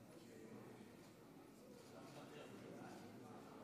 44 בעד,